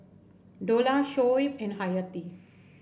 Dollah Shoaib and Hayati